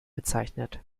bezeichnet